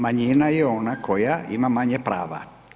Manjina je ona koja ima manje prava.